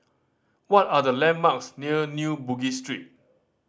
what are the landmarks near New Bugis Street